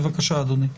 בבקשה, אדוני.